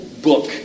book